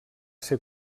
ser